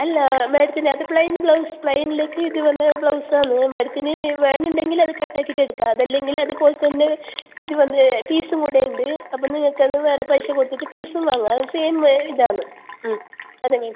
അല്ല മാഡത്തിന് അത് പ്ലെയിൻ ബ്ലൗസ് പ്ലെയ്നിലേക്ക് ഇത് വന്ന് ബ്ലൗസാണ് മാഡത്തിന് വേണമെന്നുണ്ടെങ്കിൽ അത് കട്ടാക്കിയിട്ട് എടുക്കാം അതല്ലെങ്കിൽ അതുപോലെ തന്നെ ഇത് വന്ന് പീസ് കൂടെ ഉണ്ട് അപ്പം നിങ്ങൾക്ക് അത് വേറെ പൈസ കൊടുത്തിട്ട് പീസും വാങ്ങാം അത് സെയിം വേ ഇതാണ് അത് തന്നെ